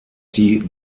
die